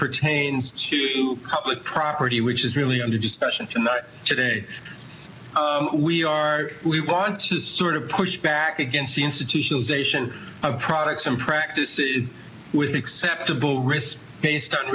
pertains to you public property which is really under discussion today we are we want to sort of push back against the institutionalization of products and practice with the acceptable risk based on